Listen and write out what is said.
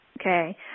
okay